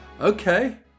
okay